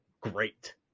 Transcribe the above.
great